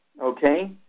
okay